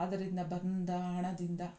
ಅದರಿಂದ ಬಂದ ಹಣದಿಂದ